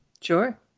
Sure